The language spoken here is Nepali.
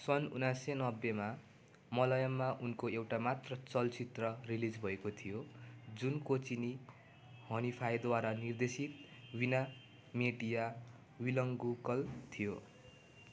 सन् उन्नाइस सय नब्बेमा मलयालममा उनको एउटा मात्र चलचित्र रिलिज भएको थियो जुन कोचिनी हनिफायद्वारा निर्देशित विना मेटिया विलङ्गुकल थियो